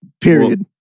Period